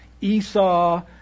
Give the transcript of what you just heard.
Esau